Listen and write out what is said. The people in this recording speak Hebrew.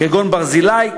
כגון ברזילי,